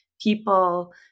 people